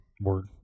Word